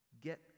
get